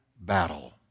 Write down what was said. battle